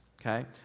okay